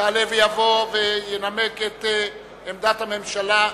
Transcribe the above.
יעלה ויבוא וינמק את עמדת הממשלה.